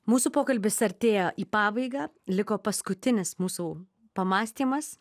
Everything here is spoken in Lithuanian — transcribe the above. mūsų pokalbis artėja į pabaigą liko paskutinis mūsų pamąstymas